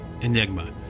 Enigma